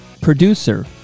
producer